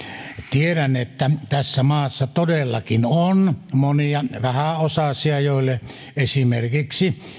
tiedän että tässä maassa todellakin on monia vähäosaisia joille esimerkiksi